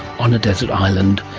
on a desert island.